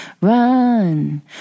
Run